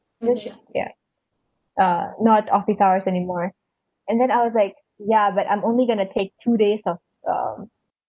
ya uh not office hours anymore and then I was like ya but I'm only going to take two days of uh